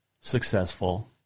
successful